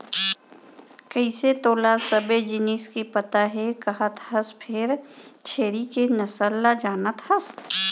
कइसे तोला सबे जिनिस के पता हे कहत हस फेर छेरी के नसल ल जानत हस?